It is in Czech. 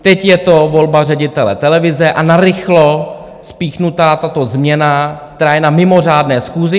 Teď je to volba ředitele televize a narychlo spíchnutá tato změna, která je na mimořádné schůzi.